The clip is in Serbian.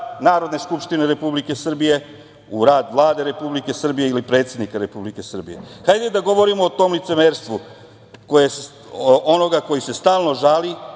Narodne skupštine Republike Srbije, u rad Vlade Republike Srbije ili predsednika Republike Srbije? Hajde da govorimo o tom licemerstvu onoga koji se stalno žali